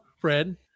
fred